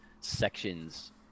sections